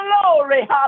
glory